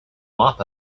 mop